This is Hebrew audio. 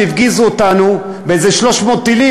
כשהפגיזו אותנו באיזה 300 טילים,